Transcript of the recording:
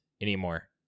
anymore